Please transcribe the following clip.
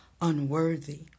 unworthy